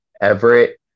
Everett